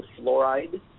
fluoride